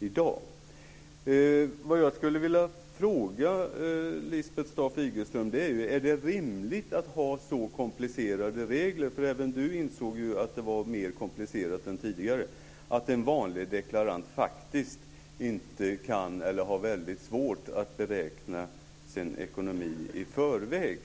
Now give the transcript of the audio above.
i dag. Vad jag skulle vilja fråga Lisbeth Staaf-Igelström är om det är rimligt att ha så komplicerade regler. Även Lisbeth Staaf-Igelström insåg ju att de är mer komplicerade än tidigare och att en vanlig deklarant faktiskt inte kan eller har väldigt svårt att beräkna sin ekonomi i förväg.